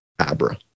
Abra